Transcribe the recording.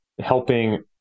helping